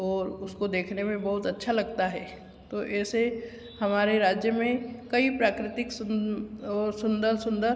और उसको देखने में बहुत अच्छा लगता है तो ऐसे हमारे राज्य में कई प्राकृतिक सुन और सुंदर सुंदर